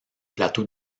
plateau